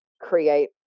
create